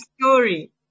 story